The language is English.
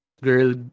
girl